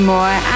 More